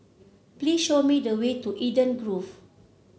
please show me the way to Eden Grove